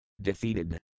defeated